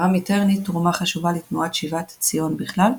תרם מיטרני תרומה חשובה לתנועת שיבת ציון בכלל,